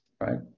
right